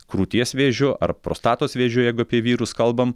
krūties vėžiu ar prostatos vėžiu jeigu apie vyrus kalbam